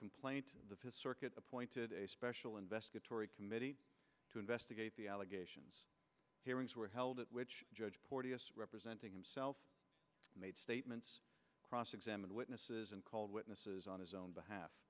complaint the fifth circuit appointed a special investigatory committee to investigate the allegations hearings were held at which judge representing himself made statements cross examine witnesses and called witnesses on his own behalf